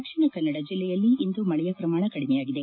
ದಕ್ಷಿಣ ಕನ್ನಡ ಜಿಲ್ಲೆಯಲ್ಲಿ ಇಂದು ಮಳೆಯ ಪ್ರಮಾಣ ಕಡಿಮೆಯಾಗಿದೆ